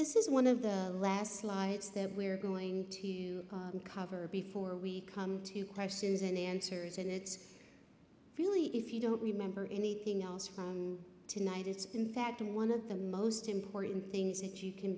this is one of the last slides that we're going to cover before we come to questions and answers and it's really if you don't remember anything else from tonight it's been that one of the most important things that you can